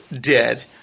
dead